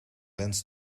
lens